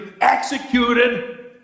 executed